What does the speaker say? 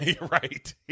right